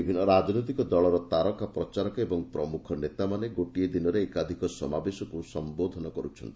ବିଭିନ୍ନ ରାଜନୈତିକ ଦଳର ତାରକା ପ୍ରଚାରକ ଓ ପ୍ରମୁଖ ନେତାମାନେ ଗୋଟିଏ ଦିନରେ ଏକାଧିକ ସମାବେଶକୁ ସମ୍ବୋଧିତ କରୁଛନ୍ତି